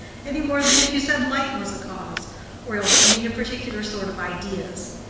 any more than if you said light was a cause or else you mean a particular sort of ideas,